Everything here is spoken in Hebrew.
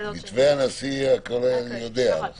ההכרזות של השרים: כמה מובאים הגיעו מדי יום לבית